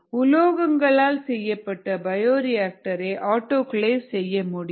உலோகங்களால் செய்யப்பட்ட பயோரியாக்டர் களை ஆட்டோகிளேவ் செய்ய முடியும்